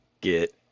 get